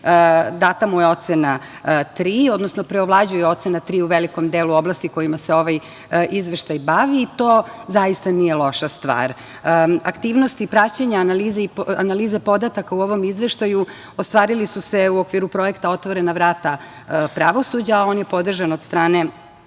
data je ocena tri, odnosno preovlađuje ocena tri u velikom delu oblasti kojima se ovaj izveštaj bavi, i to zaista nije loša stvar. Aktivnosti, praćenja, analize podataka u ovom izveštaju ostvarili su se u okviru projekta „Otvorena vrata pravosuđa“, a on je podržan od strane